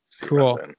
Cool